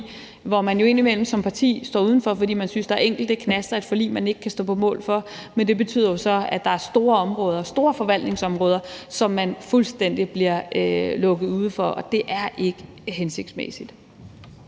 hvor man jo indimellem som parti står udenfor, fordi man synes, der er enkelte knaster i et forlig, man ikke kan stå på mål for, men det betyder så, at der er store områder, store forvaltningsområder, som man fuldstændig bliver lukket ude fra, og det er ikke hensigtsmæssigt.